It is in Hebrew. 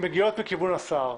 שמגיעות מכיוון השר,